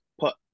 put